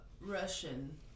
Russian